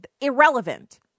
irrelevant